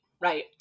Right